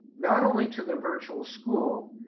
not only to the virtual school,